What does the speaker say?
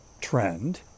trend